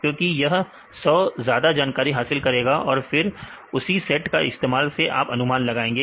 क्योंकि यह 100 ज्यादा जानकारी हासिल करेगा और फिर उसी सेट का इस्तेमाल से आप अनुमान लगाएंगे